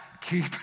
Keep